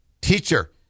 teacher